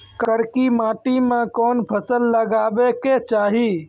करकी माटी मे कोन फ़सल लगाबै के चाही?